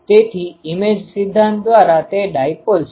તેથી ઈમેજ સિદ્ધાંત દ્વારા તે ડાયપોલ છે